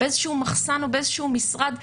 באיזשהו מחסן או באיזשהו משרד,